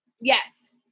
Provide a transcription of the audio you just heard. Yes